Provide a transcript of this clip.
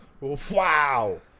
Wow